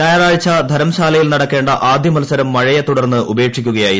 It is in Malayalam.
ഞായറാഴ്ച ധരംശാലയിൽ നടക്കേണ്ട ആദ്യ മത്സരം മഴയെത്തുടർന്ന് ഉപേക്ഷിക്കുകയായിരുന്നു